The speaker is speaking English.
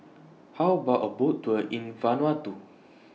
How about A Boat Tour in Vanuatu